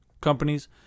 companies